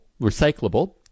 recyclable